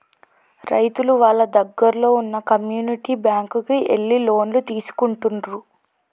రైతులు వాళ్ళ దగ్గరల్లో వున్న కమ్యూనిటీ బ్యాంక్ కు ఎళ్లి లోన్లు తీసుకుంటుండ్రు